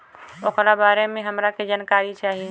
ओकरा बारे मे हमरा के जानकारी चाही?